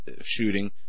shooting